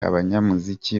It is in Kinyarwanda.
abanyamuziki